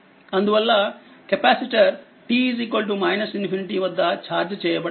అందువల్ల capacitor t ∞ వద్ద charge చేయబడలేదు